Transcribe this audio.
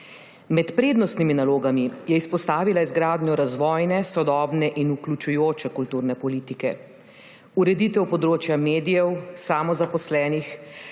Med prednostnimi nalogami je izpostavila izgradnjo razvojne, sodobne in vključujoče kulturne politike, ureditev področja medijev, samozaposlenih,